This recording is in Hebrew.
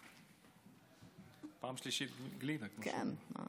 פעם שלישית גלידה, כמו